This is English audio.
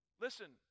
Listen